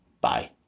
Bye